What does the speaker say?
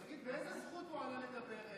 תגיד, באיזו זכות הוא עלה לדבר,